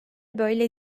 böyle